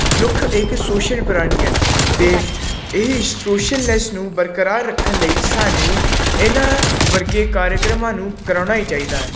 ਮਨੁੱਖ ਇੱਕ ਸੋਸ਼ਲ ਪ੍ਰਾਣੀ ਹੈ ਅਤੇ ਇਹ ਸੋਸ਼ਲਲੈੱਸ ਨੂੰ ਬਰਕਰਾਰ ਰੱਖਣ ਲਈ ਸਾਨੂੰ ਇਹਨਾਂ ਵਰਗੇ ਕਾਰਿਕ੍ਰਮਾਂ ਨੂੰ ਕਰਾਉਣਾ ਹੀ ਚਾਹੀਦਾ ਹੈ